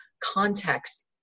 context